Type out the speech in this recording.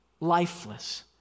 lifeless